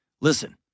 Listen